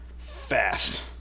fast